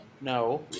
No